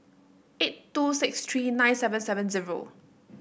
eight two six three nine seven seven zero